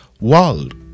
world